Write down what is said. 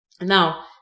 Now